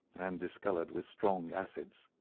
and discoloured with strong acids.